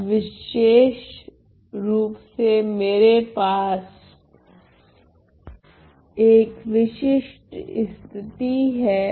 अब विशेषरूप से मेरे पास एक विशिष्ट स्थिति हैं